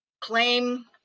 Claim